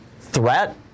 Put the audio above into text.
threat